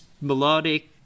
melodic